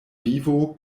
vivo